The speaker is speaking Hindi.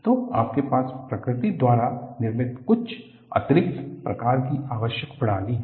तो आपके पास प्राकृतिक द्वारा निर्मित कुछ अतिरिक्त प्रकार की आवश्यक प्रणाली हैं